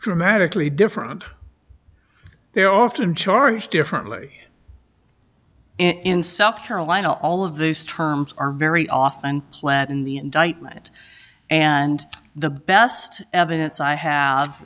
dramatically different they're often charged differently in south carolina all of those terms are very often plaid in the indictment and the best evidence i have